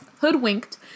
hoodwinked